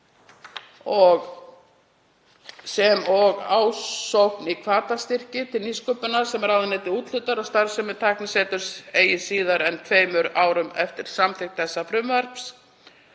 sem og ásókn í hvatastyrki til nýsköpunar sem ráðuneytið úthlutar og starfsemi tækniseturs eigi síðar en tveimur árum eftir samþykkt frumvarps